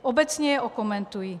Obecně je okomentuji.